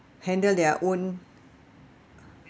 handle their own